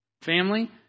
Family